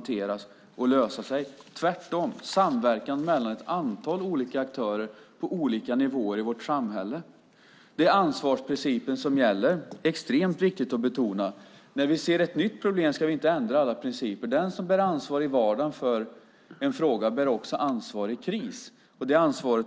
Tvärtom krävs det samverkan mellan ett antal olika aktörer på olika nivåer i vårt samhälle. Det är ansvarsprincipen som gäller. Detta är det extremt viktigt att betona. När vi ser ett nytt problem ska vi inte ändra alla principer. Den som i vardagen bär ansvar för en fråga bär också ansvar i kris. Ansvaret